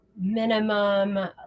minimum